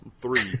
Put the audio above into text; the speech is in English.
Three